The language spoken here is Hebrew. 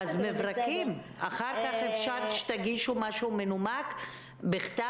אז מברקים, אחר כך אפשר שתגישו משהו מנומק בכתב.